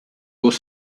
was